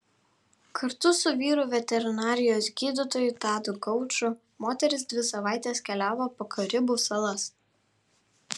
kartu su vyru veterinarijos gydytoju tadu gauču moteris dvi savaites keliavo po karibų salas